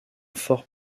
fort